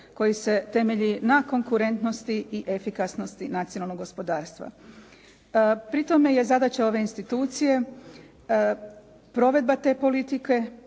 koji se temelji na konkurentnosti i efikasnosti nacionalnog gospodarstva. Pri tome je zadaća ove institucije provedba te politike